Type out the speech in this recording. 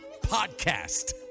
podcast